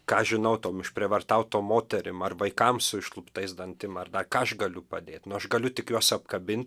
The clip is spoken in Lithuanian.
ką žinau tom išprievartautom moterim ar vaikam su išluptais dantim ar dar ką aš galiu padėt nu aš galiu tik juos apkabint